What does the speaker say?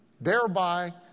thereby